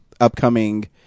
upcoming